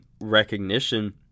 recognition